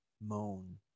moan